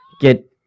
get